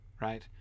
right